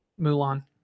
Mulan